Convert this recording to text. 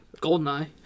Goldeneye